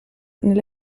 nelle